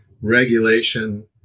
regulation